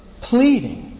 pleading